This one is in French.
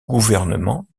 gouvernement